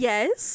Yes